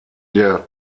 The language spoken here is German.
der